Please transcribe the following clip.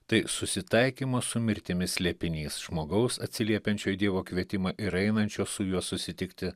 tai susitaikymo su mirtimi slėpinys žmogaus atsiliepiančio į dievo kvietimą ir einančio su juo susitikti